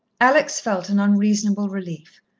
alex felt an unreasonable relief,